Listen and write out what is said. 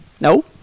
no